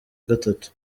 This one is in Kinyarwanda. gatatu